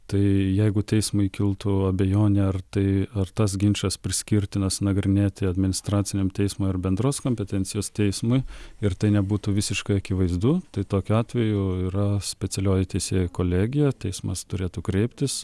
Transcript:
tai jeigu teismui kiltų abejonė ar tai ar tas ginčas priskirtinas nagrinėti administraciniam teismui ar bendros kompetencijos teismui ir tai nebūtų visiškai akivaizdu tai tokiu atveju yra specialioji teisėjų kolegija teismas turėtų kreiptis